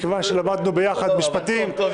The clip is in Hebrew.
מכיוון שלמדנו משפטים ביחד,